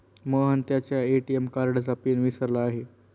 मोहन त्याच्या ए.टी.एम कार्डचा पिन विसरला आहे